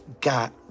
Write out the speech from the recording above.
got